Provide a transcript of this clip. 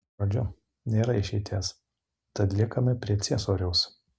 žodžiu nėra išeities tad liekame prie ciesoriaus